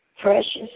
precious